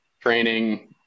training